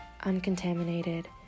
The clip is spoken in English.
uncontaminated